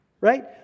right